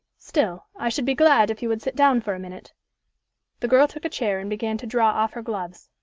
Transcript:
still, i should be glad if you would sit down for a minute the girl took a chair and began to draw off her gloves.